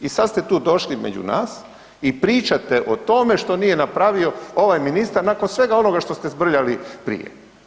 I sad ste tu došli među nas i pričate o tome što nije napravio ovaj ministar nakon svega onoga što ste zbrljali prije.